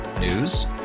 News